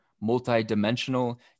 multi-dimensional